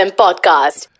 podcast